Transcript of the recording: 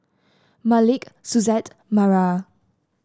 Malik Suzette Mara